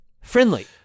friendly